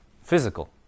physical